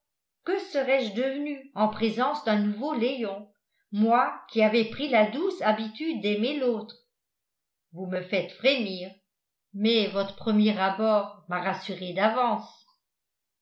que serrais je devenue en présence d'un nouveau léon moi qui avais pris la douce habitude d'aimer l'autre vous me faites frémir mais votre premier abord m'a rassuré d'avance